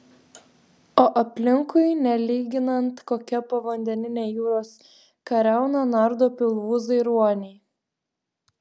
o aplinkui nelyginant kokia povandeninė jūros kariauna nardo pilvūzai ruoniai